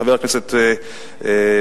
חבר הכנסת והבה,